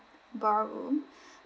ballroom